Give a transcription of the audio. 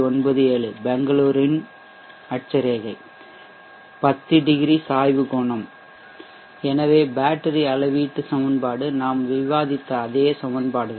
97 பெங்களூர் அட்சரேகை 10 டிகிரி சாய்வு கோணம் எனவே பேட்டரி அளவீட்டு சமன்பாடு நாம் விவாதித்த அதே சமன்பாடுகள்